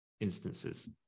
instances